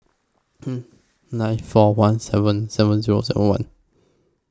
nine four one seven seven Zero seven one